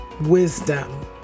wisdom